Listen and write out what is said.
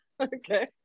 okay